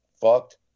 fucked